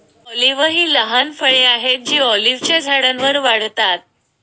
olive ही लहान फळे आहेत जी ऑलिव्हच्या झाडांवर वाढतात